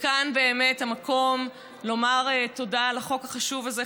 וכאן באמת המקום לומר תודה על החוק החשוב הזה,